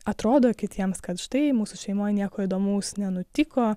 atrodo kitiems kad štai mūsų šeimoj nieko įdomaus nenutiko